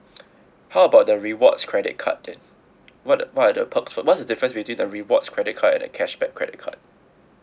how about the rewards credit card then what what are the perks for what's the difference between the rewards credit card and the cashback credit card